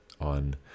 on